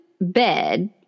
bed